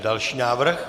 Další návrh.